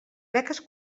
beques